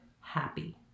happy